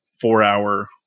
four-hour